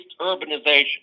urbanization